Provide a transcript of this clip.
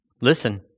Listen